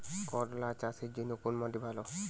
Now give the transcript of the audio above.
করলা চাষের জন্য কোন মাটি ভালো?